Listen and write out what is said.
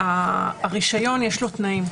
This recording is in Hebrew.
הרישיון יש לו תנאים.